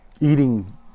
eating